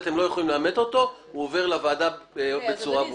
אתם לא יכולים לאמת את המידע הזה הוא עובר לוועדה בצורה ברורה.